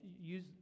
use